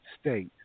state